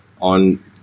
on